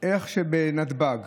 שבנתב"ג